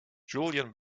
julian